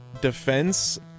Defense